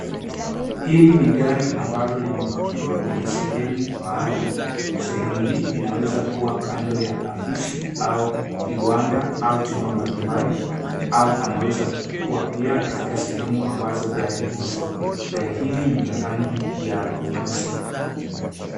Hili ni gari ambalo limepakiwa kwenye sehemu maalum. Sehemu hii inaweza kuwa kando ya afisi au viwanda au chu, ba mbalimbali au panaweza kuwa pia katika sehemu ambazo gari huuzwa. Gari hili ni la rangi ya nyeusi.